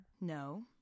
No